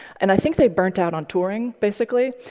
and i think they burnt out on touring, basically.